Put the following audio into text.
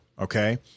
okay